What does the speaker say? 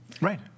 Right